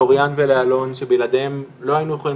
לאוריין ולאלון שבלעדיהם לא היינו יכולים